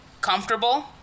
Comfortable